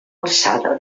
alçada